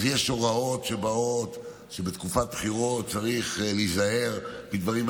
אז יש הוראות שבתקופת בחירות צריך להיזהר מדברים,